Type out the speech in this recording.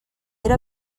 era